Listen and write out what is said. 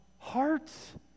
hearts